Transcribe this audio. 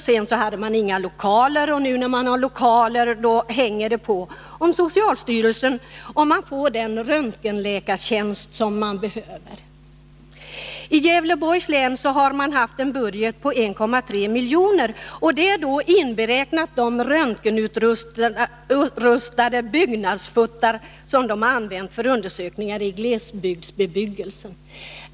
Sedan hade man inga lokaler, och nu när man har lokaler hänger det på om man genom socialstyrelsen får den röntgenläkartjänst som behövs. I Gävleborgs län har man haft en budget på 1,3 milj.kr. för detta. Där är då inberäknat de röntgenutrustade byggnadsfuttar man har använt för undersökningar i glesbygden.